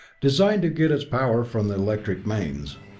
designed to get its power from the electric mains.